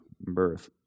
birth